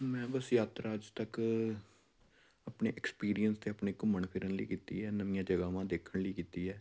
ਮੈਂ ਬਸ ਯਾਤਰਾ ਅੱਜ ਤੱਕ ਆਪਣੇ ਐਕਸਪੀਰੀਅੰਸ ਅਤੇ ਆਪਣੇ ਘੁੰਮਣ ਫਿਰਨ ਲਈ ਕੀਤੀ ਹੈ ਨਵੀਆਂ ਜਗ੍ਹਾਵਾਂ ਦੇਖਣ ਲਈ ਕੀਤੀ ਹੈ